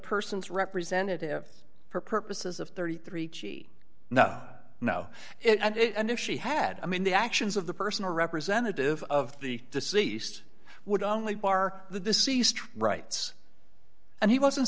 person's representative for purposes of thirty three no no and if she had i mean the actions of the personal representative of the deceased would only bar the deceased rights and he wasn't